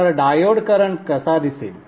तर diode current कसा दिसेल